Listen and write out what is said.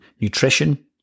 nutrition